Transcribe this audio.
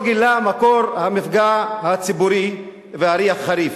גילה את מקור המפגע הציבורי והריח החריף.